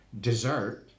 dessert